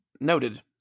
noted